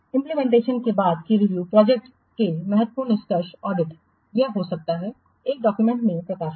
इंप्लीमेंटेशनके बाद की review project के महत्वपूर्ण निष्कर्ष ऑडिट यह हो सकता है एक दस्तावेज़ में प्रकाशित